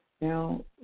Now